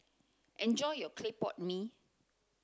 enjoy your clay pot mee